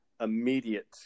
immediate